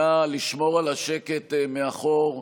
נא לשמור על השקט מאחור.